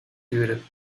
duren